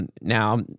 Now